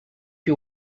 you